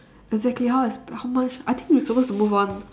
exactly how is but how much I think we're supposed to move on